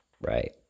right